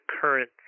current